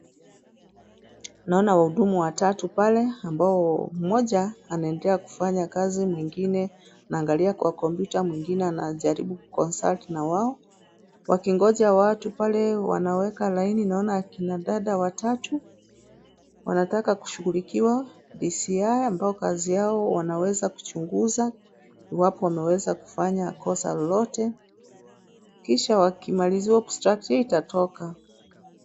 Naona wahudumu watatu pale ambao mmoja anaendelea kufanya kazi mwingine anaangalia kwa kompyuta mwingine anajaribu kuconsult na wao wakingoja watu pale wanaweka [line] naona kina dada watatu wanataka kushughulikiwa DCI ambayo kazi yao wanaweza kuchunguza iwapo wameweza kufanya kosa lolote kisha wakimaliziwa obstruct itatoka.